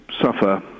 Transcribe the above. suffer